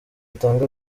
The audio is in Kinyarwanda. atanga